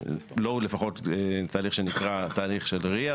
לפחות תהליך שנקרא תהליך שדריה,